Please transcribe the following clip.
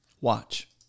Watch